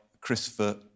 Christopher